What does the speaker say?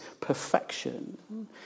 perfection